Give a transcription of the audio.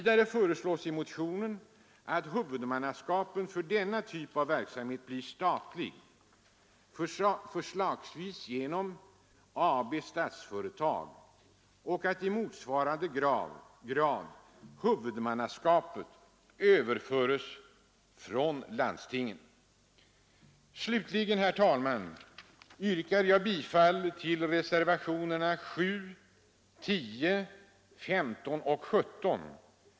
Det föreslås också att huvudmannaskapet för denna typ av verksamhet blir statligt, förslagsvis genom Statsföretag AB, och att huvudmannaskapet i motsvarande grad överföres från landstingen. Slutligen, herr talman, yrkar jag bifall till reservationerna 7, 10, 15 och 17.